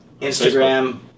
Instagram